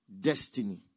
destiny